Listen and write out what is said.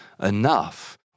enough